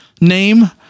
name